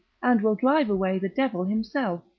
and will drive away the devil himself.